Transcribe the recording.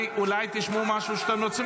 מה אתה עושה